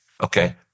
Okay